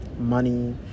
money